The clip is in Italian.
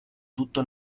tutto